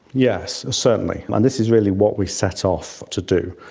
yes, certainly, and this is really what we set off to do.